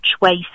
waste